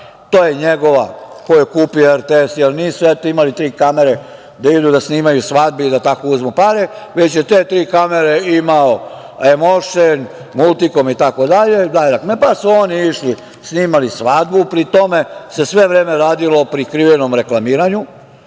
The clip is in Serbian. to je njegova, koju je kupio RTS, jer nisu, eto, imali tri kamere da idu da snimaju svadbe i da tako uzmu pare, već je te tri kamere imao Emoušn, Multikom itd. pa su oni išli, snimali svadbu, pri tome se sve vreme radilo o prikrivenom reklamiranju. Lepo